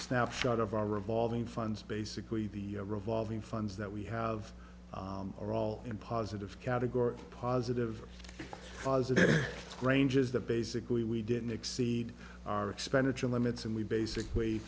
snapshot of our revolving funds basically the revolving funds that we have are all in positive category positive positive granges that basically we didn't exceed our expenditure limits and we basically